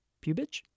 pubic